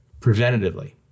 preventatively